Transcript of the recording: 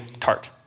tart